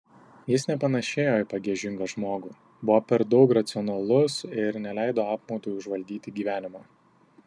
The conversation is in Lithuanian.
jis nepanėšėjo į pagiežingą žmogų buvo per daug racionalus ir neleido apmaudui užvaldyti gyvenimo